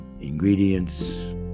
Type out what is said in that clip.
ingredients